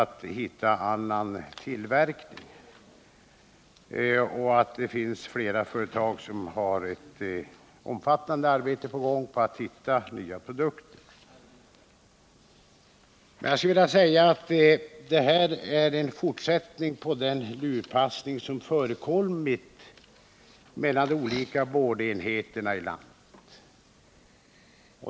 Det sägs vidare i svaret att det finns flera företag som har ett omfattande arbete på gång för att hitta nya produkter. Jag skulle vilja säga att detta är en fortsättning på den lurpassning som förekommit mellan de olika boardenheterna i landet.